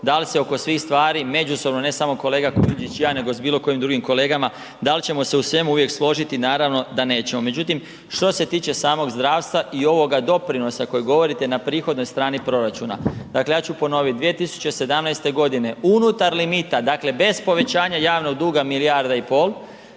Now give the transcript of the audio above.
da li se oko svih stvari međusobno, ne samo kolega Kujundžić i ja, nego s bilo kojim drugim kolegama, dal ćemo se u svemu uvijek složiti, naravno da nećemo. Međutim, što se tiče samog zdravstva i ovoga doprinosa kojeg govorite na prihodnoj strani proračuna, dakle ja ću ponovit, 2017.g. unutar limita, dakle bez povećanja javnog duga, 1,5 milijarde,